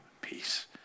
peace